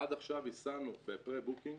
עד עכשיו הסענו בפרה-בוקינג